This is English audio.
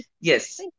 Yes